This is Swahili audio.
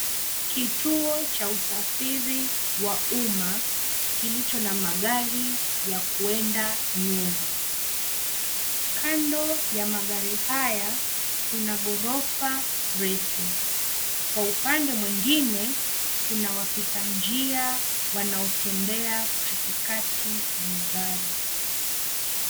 Kituo cha usafiri wa umma, kilicho na magari ya kuenda Nyeri. Kando ya maghari haya, kuna ghorofa refu. Kwa upande mwengine, kuna wapita njia wanaotembea katikati ya magari.